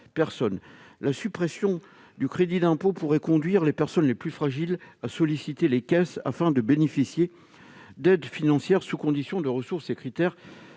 La suppression du crédit d'impôt pourrait conduire les personnes les plus fragiles à solliciter les caisses afin de bénéficier d'aides financières sous condition de ressources et de critères